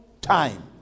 time